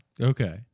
Okay